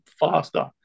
faster